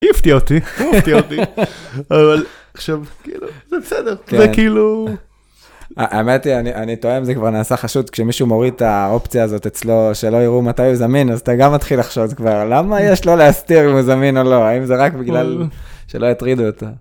הפתיע אותי, הפתיע אותי, אבל עכשיו, כאילו, זה בסדר, זה כאילו... האמת היא, אני טוען, זה כבר נעשה חשוד, כשמישהו מוריד את האופציה הזאת אצלו, שלא יראו מתי הוא זמין, אז אתה גם מתחיל לחשוד כבר, למה יש לו להסתיר אם הוא זמין או לא, האם זה רק בגלל שלא יטרידו אותה.